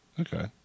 Okay